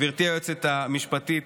גברתי היועצת המשפטית,